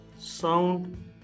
sound